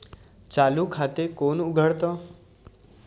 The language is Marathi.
चालू खाते कोण उघडतं?